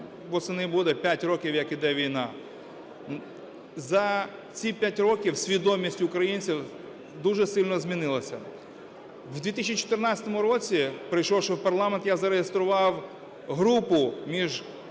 восени буде, 5 років, як іде війна. За ці 5 років свідомість українців дуже сильно змінилася. В 2014 році прийшовши в парламент, я зареєстрував групу